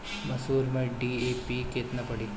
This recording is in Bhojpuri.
मसूर में डी.ए.पी केतना पड़ी?